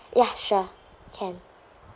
ya sure can